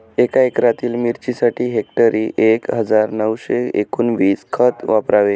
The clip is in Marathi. एका एकरातील मिरचीसाठी हेक्टरी एक हजार नऊशे एकोणवीस खत वापरावे